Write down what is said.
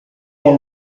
all